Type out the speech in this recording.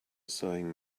sewing